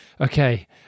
okay